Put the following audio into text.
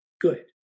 good